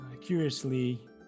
curiously